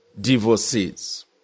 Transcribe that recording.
divorcees